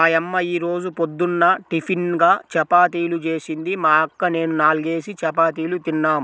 మా యమ్మ యీ రోజు పొద్దున్న టిపిన్గా చపాతీలు జేసింది, మా అక్క నేనూ నాల్గేసి చపాతీలు తిన్నాం